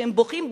שהם בוכים,